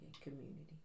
community